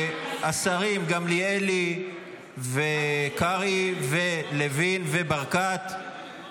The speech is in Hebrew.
השרים גמליאלי וקרעי, לוין וברקת;